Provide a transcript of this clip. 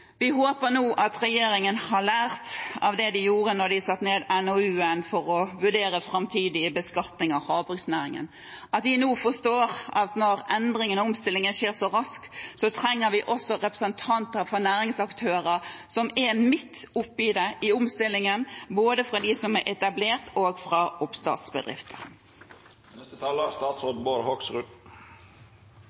Vi håper nå at regjeringen har lært av det de gjorde da de satte ned NOU-utvalget for å vurdere framtidig beskatning av havbruksnæringen, at de nå forstår at når endringene og omstillingene skjer så raskt, trenger vi også representanter fra næringsaktører som er midt oppe i det – i omstillingen – både fra de som er etablert og fra oppstartsbedrifter. Det budsjettet for 2019 som regjeringen har lagt fram, er